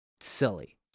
silly